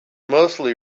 mostly